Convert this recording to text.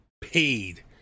paid